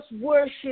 worship